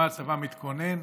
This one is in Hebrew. למה הצבא מתכונן.